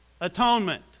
atonement